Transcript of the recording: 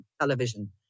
television